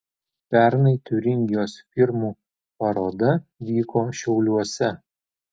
pernai tiuringijos firmų paroda vyko šiauliuose